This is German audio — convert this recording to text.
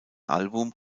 album